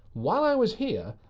while i was here,